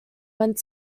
went